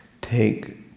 take